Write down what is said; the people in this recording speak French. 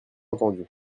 entendu